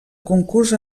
concurs